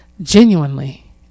genuinely